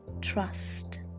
trust